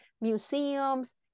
museums